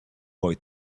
boy